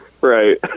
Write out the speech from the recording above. Right